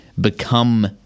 become